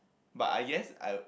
but I guess I would